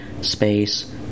space